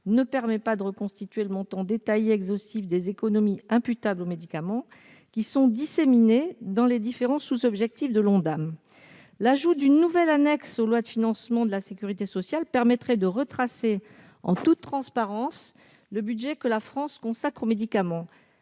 ne permet pas de reconstituer le montant détaillé et exhaustif des économies imputables aux médicaments, qui sont disséminées dans les différents sous-objectifs de l'Ondam. L'ajout aux LFSS d'une nouvelle annexe consacrée aux médicaments permettrait de retracer en toute transparence le budget que la France alloue aux médicaments.